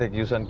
ah used and